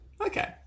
Okay